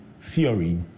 Theory